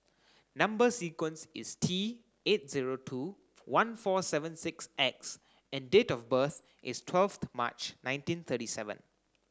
number sequence is T eight zero two one four seven six X and date of birth is twelfth March nineteen thirty seven